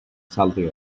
salty